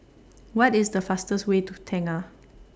What IS The fastest Way to Tengah